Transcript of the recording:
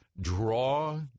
draw